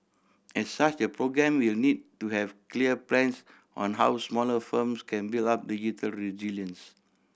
as such the programme will need to have clear plans on how smaller firms can build up digital resilience